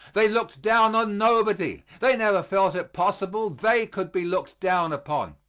they looked down on nobody they never felt it possible they could be looked down upon.